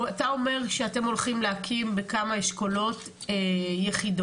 אתה אומר שאתם הולכים להקים בכמה אשכולות יחידות,